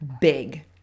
big